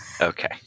Okay